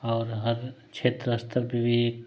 और हर क्षेत्र स्तर पे भी